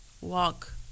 walk